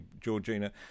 Georgina